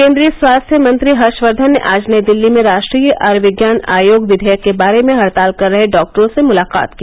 केन्द्रीय स्वास्थ्य मंत्री हर्षवर्धन ने आज नई दिल्ली में राष्ट्रीय आयुर्विज्ञान आयोग विघेयक के बारे में हड़ताल कर रहे डॉक्टरॉ से मुलाकात की